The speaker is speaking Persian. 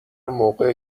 موقع